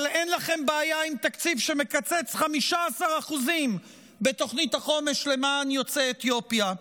אבל אין לכם בעיה עם תקציב שמקצץ 15% בתוכנית החומש למען יוצאי אתיופיה?